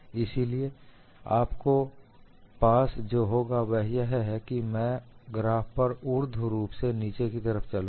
इसीलिए आपके पास जो होगा वह यह है कि मैं ग्राफ पर उर्ध्व रूप से नीचे की तरफ चलूँगा